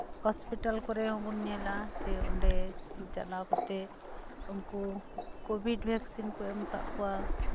hospital ᱠᱚᱨᱮ ᱦᱚᱸᱵᱚᱱ ᱧᱮᱞᱟ ᱥᱮ ᱚᱸᱰᱮ ᱪᱟᱞᱟᱣ ᱠᱟᱛᱮᱫ ᱩᱱᱠᱩ ᱠᱳᱵᱷᱤᱰ ᱵᱷᱮᱠᱥᱤᱱ ᱠᱚ ᱮᱢ ᱟᱠᱟᱫ ᱠᱚᱣᱟ